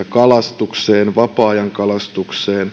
kalastukseen vapaa ajankalastukseen